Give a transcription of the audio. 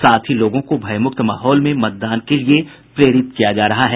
साथ ही लोगों को भयमुक्त माहौल में मतदान के लिए प्रेरित किया जा रहा है